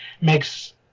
makes